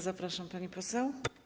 Zapraszam, pani poseł.